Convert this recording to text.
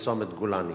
הוא צומת גולני.